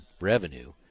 revenue